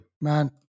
Man